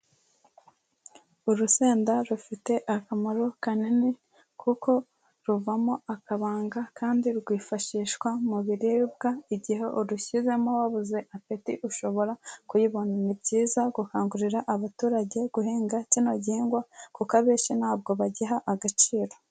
Urusenda rufite akamaro kanini kuko ruvamo akabanga kandi rwifashishwa mu biribwa igihe urushyizemo wabuze apeti ushobora kuyibona, ni byiza gukangurira abaturage guhinga kino gihingwa kuko abenshi ntabwo bagiha agaciro.